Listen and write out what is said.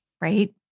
right